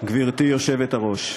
גברתי היושבת-ראש,